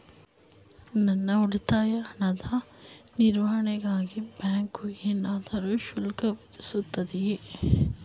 ನನ್ನ ಉಳಿತಾಯ ಹಣದ ನಿರ್ವಹಣೆಗಾಗಿ ಬ್ಯಾಂಕು ಏನಾದರೂ ಶುಲ್ಕ ವಿಧಿಸುತ್ತದೆಯೇ?